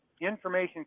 information